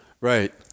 Right